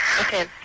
Okay